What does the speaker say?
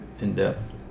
in-depth